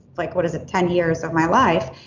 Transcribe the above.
like what is it ten years of my life,